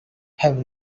have